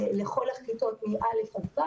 לכל הכיתות מ-א' ו'.